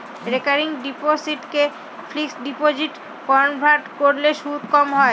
recurring ডিপোসিটকে fixed ডিপোজিটে convert করলে সুদ কম হয়